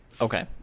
Okay